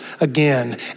again